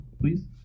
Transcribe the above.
please